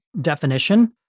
definition